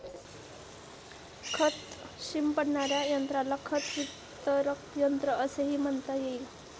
खत शिंपडणाऱ्या यंत्राला खत वितरक यंत्र असेही म्हणता येईल